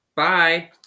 Bye